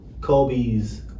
kobe's